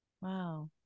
Wow